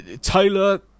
Taylor